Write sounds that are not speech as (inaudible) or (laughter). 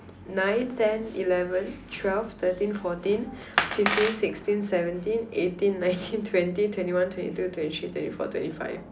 nine ten eleven twelve thirteen fourteen fifteen sixteen seventeen eighteen nineteen (laughs) twenty twenty one twenty two twenty three twenty four twenty five